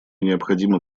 необходимо